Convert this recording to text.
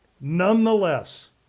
Nonetheless